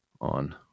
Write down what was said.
on